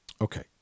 Okay